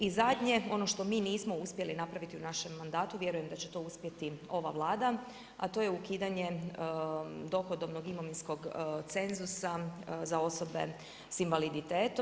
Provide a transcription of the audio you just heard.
I zadnje ono što mi nismo uspjeli napraviti u našem mandatu, vjerujem da će to uspjeti ova Vlada, a to je ukidanje dohodovnog imovinskog cenzusa za osobe sa invaliditetom.